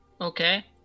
Okay